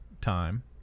time